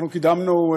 אנחנו קידמנו,